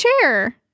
chair